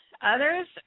others